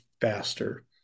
faster